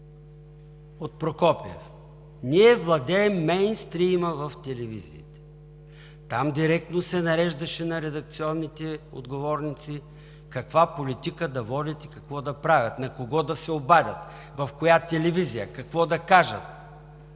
от Прокопиев: „ние владеем мейнстрийма в телевизиите“. Директно се нареждаше на редакционните отговорници каква политика да водят и какво да правят, на кого да се обадят, в коя телевизия какво да кажат.